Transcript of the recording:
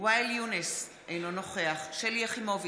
ואאל יונס, אינו נוכח שלי יחימוביץ,